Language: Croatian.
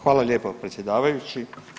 Hvala lijepo predsjedavajući.